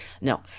No